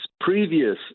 previous